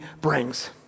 brings